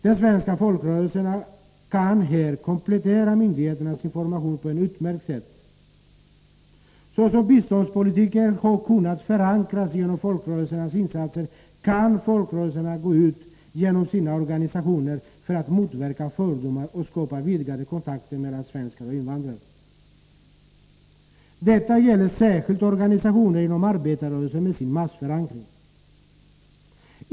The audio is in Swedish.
De svenska folkrörelserna kan här komplettera myndigheternas information på ett utmärkt sätt. Så som biståndspolitiken har kunnat förankras genom folkrörelsernas insatser, kan folkrörelserna gå ut genom sina organisationer för att motverka fördomar och skapa vidgade kontakter mellan svenskar och Nr 11 invandrare. Detta gäller särskilt organisationer inom arbetarrörelsen med sin - Torsdagen den massförankring.